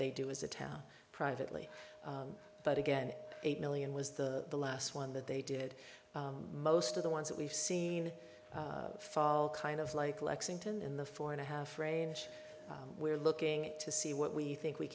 they do is a town privately but again eight million was the last one that they did most of the ones that we've seen fall kind of like lexington in the four and a half range we're looking at to see what we think we